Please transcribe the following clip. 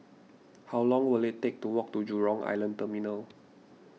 how long will it take to walk to Jurong Island Terminal